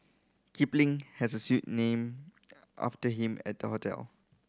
kipling has a suite named after him at the hotel